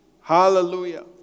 Hallelujah